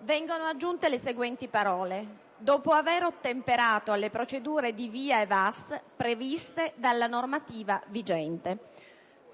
vengano aggiunte le altre: «dopo aver ottemperato alle procedure di VIA e VAS previste dalla normativa vigente».